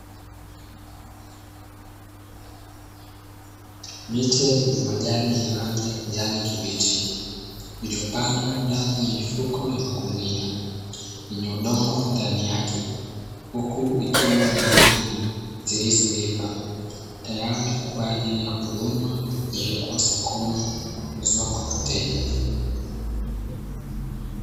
Miti yenye majani ya rangi ya kijani kibichi, iliyopandwa ndani ya mifuko ya magunia, yenye udongo ndani yake. Huku ikiwa na nyanya zilizoiva, tayari kwa ajili ya kuvunwa na kupelekwa sokoni kuuzwa kwa wateja.